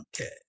Okay